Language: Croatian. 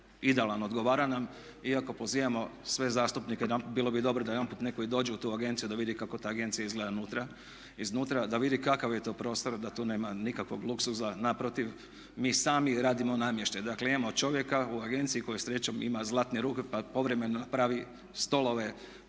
idealan, odgovara nam. Iako pozivamo sve zastupnike, bilo bi dobro da najedanput netko i dođe u tu agenciju da vidi kako ta agencija izgleda iznutra, da vidi kakav je to prostor, da tu nema nikakvog luksuza, naprotiv. Mi sami radimo namještaj, dakle imamo čovjeka u agenciji koji srećom ima zlatne ruke pa povremeno pravi stolove